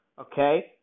Okay